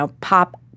pop